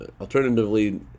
alternatively